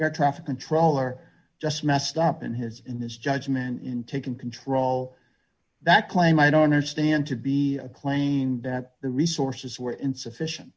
air traffic controller just messed up in his in his judgment in taking control that claim i don't understand to be claiming that the resources were insufficient